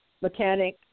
mechanic